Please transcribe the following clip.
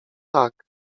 tak